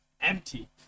empty